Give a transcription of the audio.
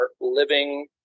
living